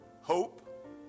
hope